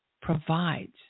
provides